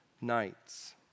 nights